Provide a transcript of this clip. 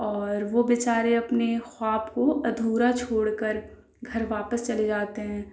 اور وہ بیچارے اپنے خواب کو اَدھورا چھوڑ کر گھر واپس چلے جاتے ہیں